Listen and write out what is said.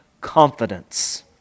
confidence